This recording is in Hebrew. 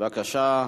בבקשה.